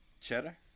cheddar